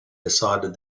decided